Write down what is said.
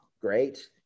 great